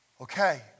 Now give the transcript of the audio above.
okay